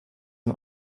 dem